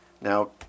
Now